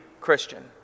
Christian